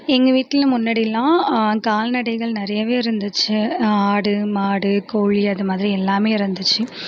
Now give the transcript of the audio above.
எங்கள் வீட்டில் முன்னாடியெல்லாம் கால்நடைகள் நிறையாவே இருந்துச்சு ஆடு மாடு கோழி அது மாதிரி எல்லாமே இருந்துச்சு